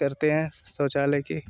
करते है शौचालय की